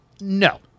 No